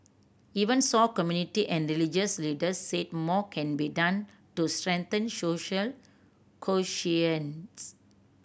even so community and religious leaders said more can be done to strengthen social